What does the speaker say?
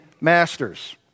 masters